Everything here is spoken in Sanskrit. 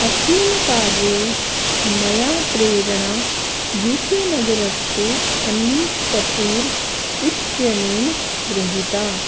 अस्मिन् कार्ये मया प्रेरणा यू के नगरस्य अनीशकपूर् इत्यनेन गृहीता